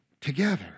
together